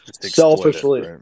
selfishly